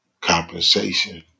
compensation